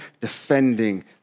defending